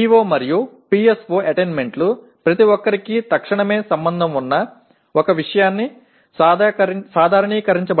ஆனால் PO மற்றும் PSO சாதனைகள் அனைவருக்கும் உடனடியாக